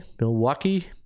Milwaukee